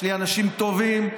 שני אנשים טובים,